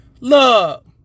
Love